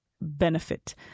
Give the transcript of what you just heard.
benefit